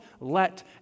let